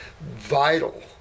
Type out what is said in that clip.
vital